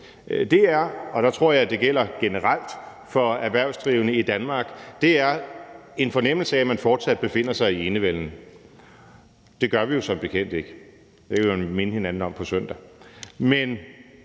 Det er, og det tror jeg gælder generelt for erhvervsdrivende i Danmark, med en fornemmelse af, at man fortsat befinder sig i enevælden. Det gør vi jo som bekendt ikke, og det kan vi minde hinanden om på søndag.